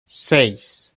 seis